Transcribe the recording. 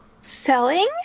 Selling